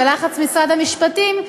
בלחץ משרד המשפטים,